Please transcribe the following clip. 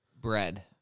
bread